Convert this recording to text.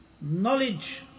Knowledge